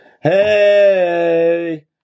Hey